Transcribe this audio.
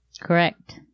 Correct